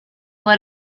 let